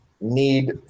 need